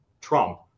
Trump